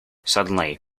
suddenly